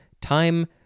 time